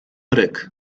ryk